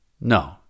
No